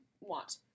want